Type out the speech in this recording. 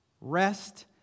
Rest